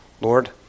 Lord